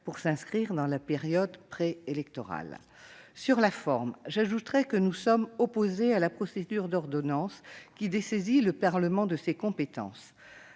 pour s'inscrire dans la période préélectorale. Sur la forme, nous sommes opposés au recours aux ordonnances, qui dessaisit le Parlement de ses compétences.